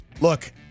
look